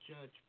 judge